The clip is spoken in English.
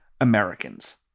Americans